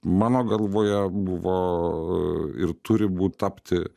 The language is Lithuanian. mano galvoje buvo ir turi būt tapti